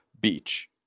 beach